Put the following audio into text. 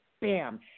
Bam